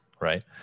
Right